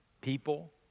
People